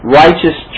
righteous